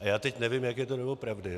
A já teď nevím, jak je to doopravdy.